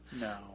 No